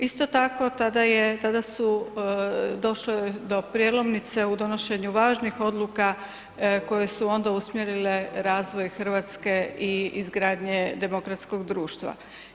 Isto tako je, tada su, došlo je do prijelomnice u donošenju važnih odluka koje su onda usmjerile razvoj Hrvatske i izgradnje demokratskog društva.